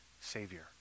Savior